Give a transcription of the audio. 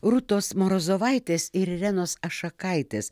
rūtos morozovaitės ir irenos ašakaitės